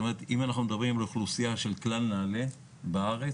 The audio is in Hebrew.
אם מדברים על אוכלוסייה של כלל נעל"ה בארץ,